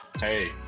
Hey